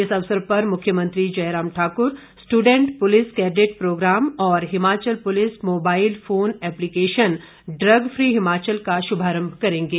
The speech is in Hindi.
इस अवसर पर मुख्यमंत्री Jairam Thakur student police cadet programme आर Himachal police mobile phone application drug free Himachal का भी शुभारंभ भी करेंगे